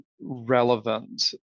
relevant